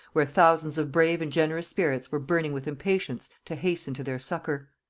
where thousands of brave and generous spirits were burning with impatience to hasten to their succour.